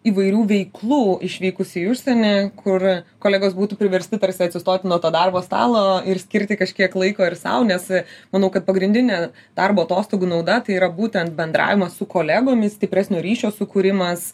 įvairių veiklų išvykus į užsienį kur kolegos būtų priversti tarsi atsistoti nuo to darbo stalo ir skirti kažkiek laiko ir sau nes manau kad pagrindinė darbo atostogų nauda tai yra būtent bendravimas su kolegomis stipresnio ryšio sukūrimas